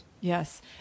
Yes